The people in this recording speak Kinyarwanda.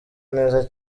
neza